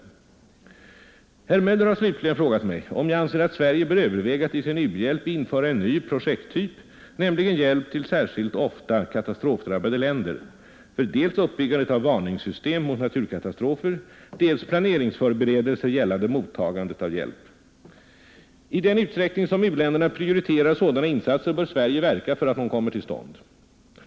Herr Möller har slutligen frågat mig om jag anser att Sverige bör överväga att i sin u-hjälp införa en ny projekttyp, nämligen hjälp till särskilt ofta katastrofdrabbade länder för dels uppbyggandet av varningssystem mot naturkatastrofer, dels planeringsförberedelser gällande mottagande av hjälp. — I den utsträckning som u-länderna prioriterar sådana insatser bör Sverige verka för att de kommer till stånd.